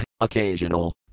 occasional